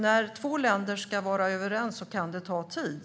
När två länder ska vara överens kan det ta tid.